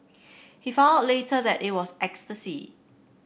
he found out later that it was ecstasy